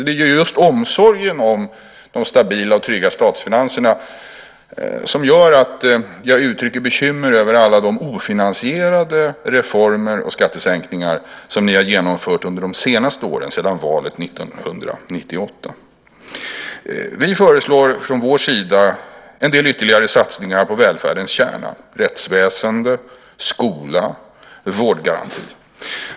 Det är just omsorgen om de stabila och trygga statsfinanserna som gör att jag uttrycker bekymmer över alla de ofinansierade reformer och skattesänkningar som ni har genomfört under de senaste åren, sedan valet 1998. Vi föreslår från vår sida en del ytterligare satsningar på välfärdens kärna. Det handlar om rättsväsende, skola och vårdgaranti.